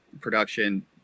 production